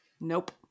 Nope